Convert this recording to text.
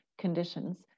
conditions